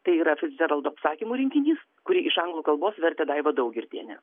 tai yra ficdžeraldo apsakymų rinkinys kurį iš anglų kalbos vertė daiva daugirdienė